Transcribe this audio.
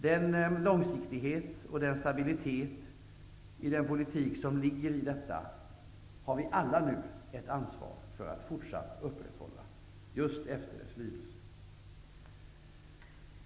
Den långsiktighet och den stabilitet i den politik som ligger i detta har vi alla nu ett ansvar för att fortsatt upprätthålla.